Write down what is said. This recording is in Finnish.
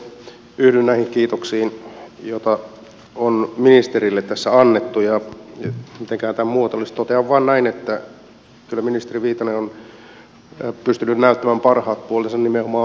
yhdyn näihin kiitoksiin joita on ministerille tässä annettu ja mitenkähän tämän muotoilisi totean vain näin että kyllä ministeri viitanen on pystynyt näyttämään parhaat puolensa nimenomaan ministerinä